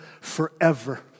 forever